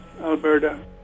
Alberta